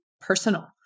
personal